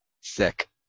Sick